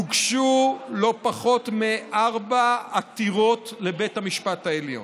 הוגשו לא פחות מארבע עתירות לבית המשפט העליון.